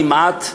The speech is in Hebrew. כמעט,